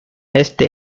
este